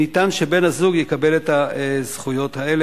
ניתן שבן-הזוג יקבל את הזכויות האלה.